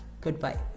goodbye